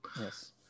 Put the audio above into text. Yes